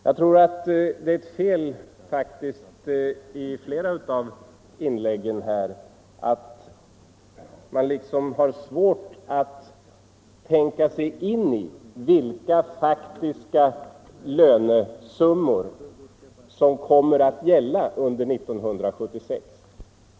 Jag tror att det varit ett genomgående fel i flera av inläggen att man haft svårt att tänka sig in i vilka faktiska lönesummor som kommer att gälla under 1976.